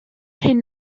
hyn